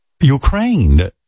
ukraine